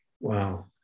Wow